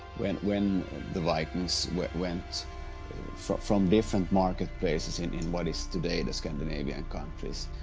when, when the vikings went went from from different marketplaces, in in what is today the scandinavian countries,